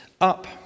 Up